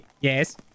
Yes